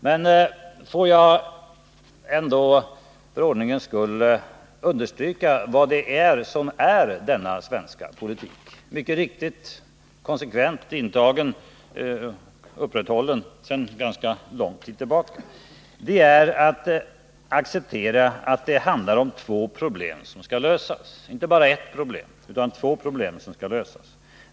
Men får jag för ordningens skull understryka vad som är den svenska politiken. Det är att acceptera att det handlar inte bara om ert utan om två problem som skall lösas.